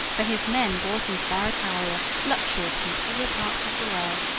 for his men brought into barrataria luxuries from all parts of the world.